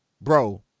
bro